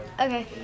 okay